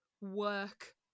work